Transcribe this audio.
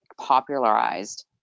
popularized